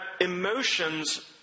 emotions